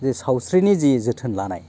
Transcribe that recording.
जे सावस्रिनि जे जोथोन लानाय